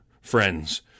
friends